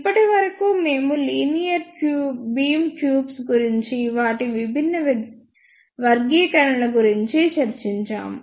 ఇప్పటివరకు మేము linear beam tubes గురించి వాటి విభిన్న వర్గీకరణల గురించి చర్చించాము